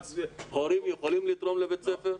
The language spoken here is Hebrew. הורים יכולים לתרום לבית ספר?